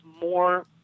more